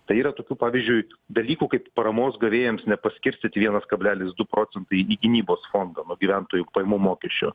tai yra tokių pavyzdžiui dalykų kaip paramos gavėjams nepaskirstyt vienas kablelis du procentai į gynybos fondą nuo gyventojų pajamų mokesčio